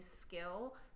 skill